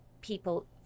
people